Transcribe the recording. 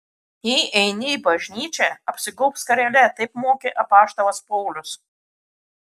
jei eini į bažnyčią apsigaubk skarele taip mokė apaštalas paulius